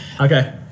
Okay